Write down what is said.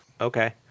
Okay